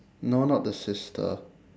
no not the sister